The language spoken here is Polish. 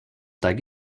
tak